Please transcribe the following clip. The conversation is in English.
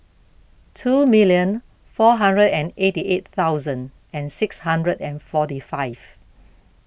two million four hundred and eighty eight thousand six hundred and forty five